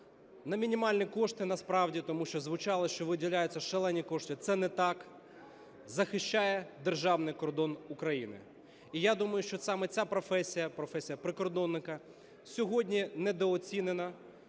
на мінімальні кошти насправді, тому що звучало, що виділяються шалені кошти, це не так, захищає державний кордон України. І я думаю, що саме ця професія - професія прикордонника - сьогодні недооцінена,